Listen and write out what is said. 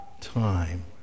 time